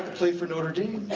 play for notre dame.